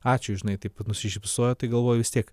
ačiū žinai taip nusišypsojo tai galvoju vis tiek